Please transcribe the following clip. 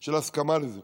של הסכמה לזה.